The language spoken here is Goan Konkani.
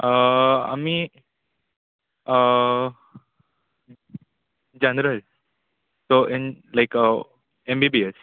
आमी general so an in like in M B B S